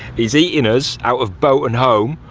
he's eating us out of boat and home,